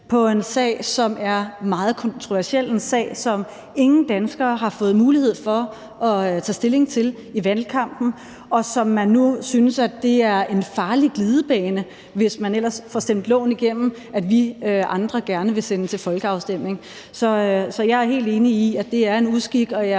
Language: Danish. på en sag, som er meget kontroversiel, en sag, som ingen danskere har fået mulighed for at tage stilling til i valgkampen, og så synes man nu, det er en farlig glidebane, hvis man ellers får stemt loven igennem, at vi andre gerne vil sende det til folkeafstemning. Så jeg er helt enig i, at det er en uskik,